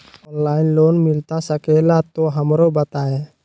Online loan मिलता सके ला तो हमरो बताई?